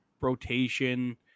rotation